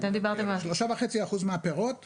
אתם דיברתם על --- 3.5% מהפירות.